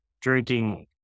drinking